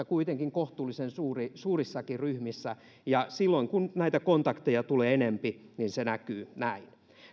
kuitenkin kohtuullisen suurissakin ryhmissä ja silloin kun näitä kontakteja tulee enempi niin se näkyy näin